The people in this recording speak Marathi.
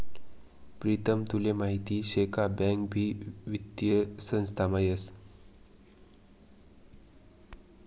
प्रीतम तुले माहीत शे का बँक भी वित्तीय संस्थामा येस